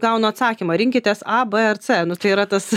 gaunu atsakymą rinkitės a b ar c nu tai yra tas